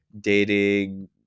dating